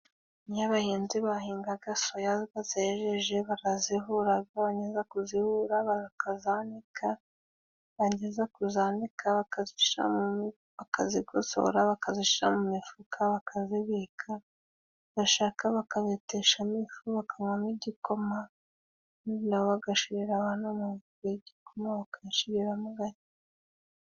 Iyo abahinzi bahinga soya, iyo bazejeje barazihura, bamara kuzihura bakazanika, barangiza kuzanika bakazigosora bakazishyira mu mifuka, bakazibika, bashaka bakazibeteshamo ifu, bakanywamo igikoma, bagashirira abantu mu bigikoma, bagashyiramo gake.